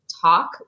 talk